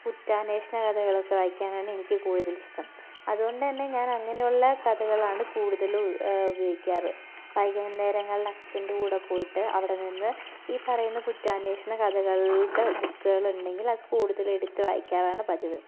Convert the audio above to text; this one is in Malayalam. കുറ്റാന്വേഷണ കഥകളൊക്കെ വായിക്കാനാണ് എനിക്ക് കൂടുതലിഷ്ടം അതുകൊണ്ടുതന്നെ ഞാനങ്ങനെയുള്ള കഥകളാണ് കൂടുതലും ഉപയോഗിക്കാറ് വൈകുന്നേരങ്ങളിൽ അച്ഛൻ്റെ കൂടെ പോയിട്ട് അവടെ നിന്ന് ഈ പറയുന്ന കുറ്റാന്വേഷണ കഥകളുടെ ബുക്കുകൾ ഉണ്ടെങ്കിൽ അത് കുടുതലും എടുത്തു വായിക്കാറാണ് പതിവ്